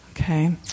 Okay